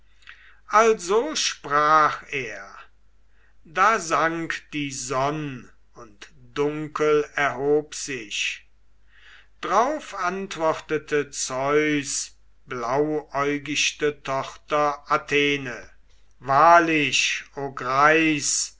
also sprach er da sank die sonn und dunkel erhob sich drauf antwortete zeus blauäugichte tochter athene wahrlich o greis